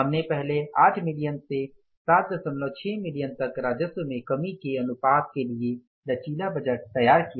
हमने पहले 8 मिलियन से 76 मिलियन तक राजस्व में कमी के अनुपात के लिए लचीले बजट तैयार किया